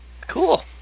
cool